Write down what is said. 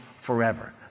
forever